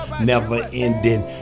never-ending